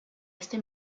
este